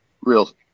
real